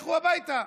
לכו הביתה.